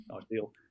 ideal